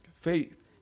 faith